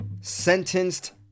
sentenced